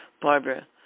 Barbara